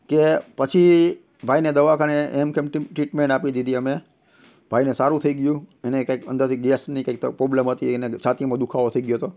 કે પછી ભાઈને દવાખાને હેમખેમ ટ્રીટમેન્ટ આપી દીધી અમે ભાઈને સારું થઈ ગયું એને કંઇક અંદરથી ગેસની કંઇક તો પોબલમ હતી એને છાતીમાં દુખાવો થઈ ગયો હતો